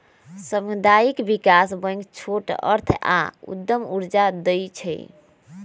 सामुदायिक विकास बैंक छोट अर्थ आऽ उद्यम कर्जा दइ छइ